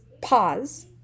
pause